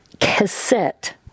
cassette